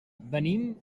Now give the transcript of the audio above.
venim